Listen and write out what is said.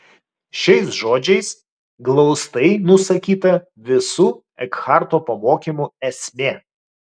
šiais žodžiais glaustai nusakyta visų ekharto pamokymų esmė